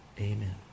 amen